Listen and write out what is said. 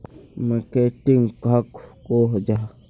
Marketing कहाक को जाहा?